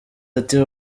ati